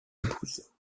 épouse